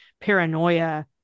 paranoia